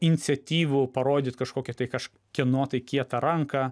iniciatyvų parodyt kažkokį tai kažkieno tai kietą ranką